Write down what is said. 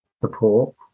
support